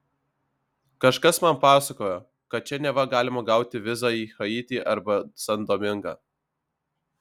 kažkas man pasakojo kad čia neva galima gauti vizą į haitį arba san domingą